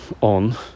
on